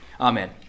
Amen